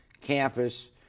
campus